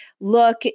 look